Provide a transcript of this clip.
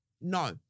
No